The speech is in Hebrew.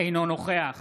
אינו נוכח